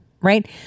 right